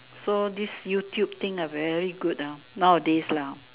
so this YouTube thing ah very good ah nowadays lah